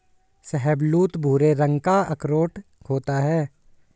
शाहबलूत भूरे लाल रंग का अखरोट होता है